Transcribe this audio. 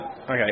Okay